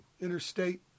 Interstate